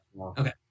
Okay